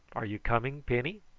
are you coming, penny?